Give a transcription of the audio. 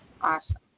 awesome